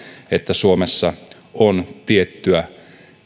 että suomessa on tiettyä